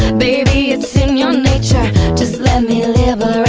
baby, it's in your nature just let me liberate